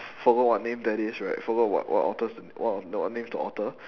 forgot what name that is right forgot what what author is what th~ what name is the author